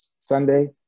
Sunday